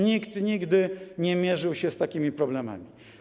Nikt nigdy nie mierzył się z takimi problemami.